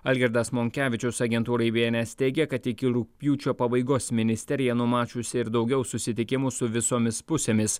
algirdas monkevičius agentūrai bns teigė kad iki rugpjūčio pabaigos ministerija numačiusi ir daugiau susitikimų su visomis pusėmis